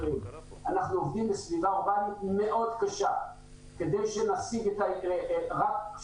עובדים בסביבה אורבנית מאוד קשה כדי שנשיג את הרף.